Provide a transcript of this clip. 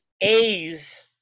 A's